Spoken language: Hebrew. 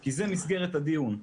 כי זה מסגרת הדיון.